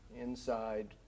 inside